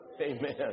Amen